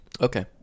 Okay